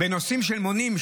בנושאים של מונים,